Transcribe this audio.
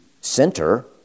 center